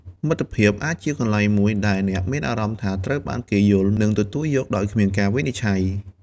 មិត្តភាពអាចជាកន្លែងមួយដែលអ្នកមានអារម្មណ៍ថាត្រូវបានគេយល់ និងទទួលយកដោយគ្មានការវិនិច្ឆ័យ។